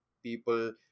People